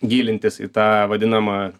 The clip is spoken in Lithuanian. gilintis į tą vadinamą